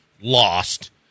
lost